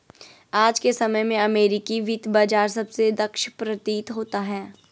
आज के समय में अमेरिकी वित्त बाजार सबसे दक्ष प्रतीत होता है